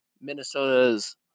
Minnesota's